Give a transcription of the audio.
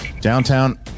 Downtown